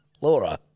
Laura